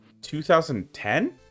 2010